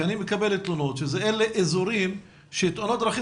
כי אני מקבל תלונות שאלה אזורים שתאונות דרכים